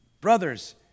Brothers